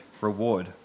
reward